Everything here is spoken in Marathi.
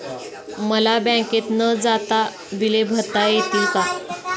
मला बँकेत न जाता बिले भरता येतील का?